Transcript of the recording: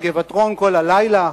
ה"גבעתרון" כל הלילה,